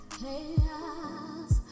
chaos